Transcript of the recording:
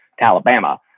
Alabama